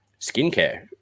skincare